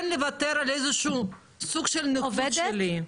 לוותר על איזה שהוא סוג של נוחות שלי --- עובדת?